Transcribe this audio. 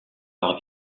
par